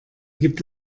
gibt